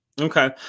Okay